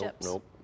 nope